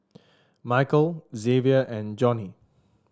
Michael Xavier and Joni